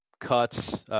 cuts